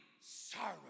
sorrow